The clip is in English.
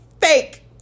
fake